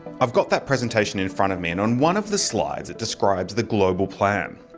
i've got that presentation in front of me and on one of the slides it describes the global plan.